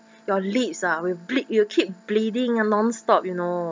your lips ah will bleed it will keep bleeding non stop you know